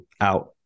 out